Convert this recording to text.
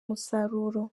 umusaruro